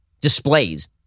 displays